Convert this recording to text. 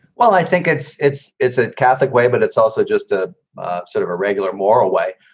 well, i think it's it's it's a catholic way, but it's also just a sort of a regular moral way.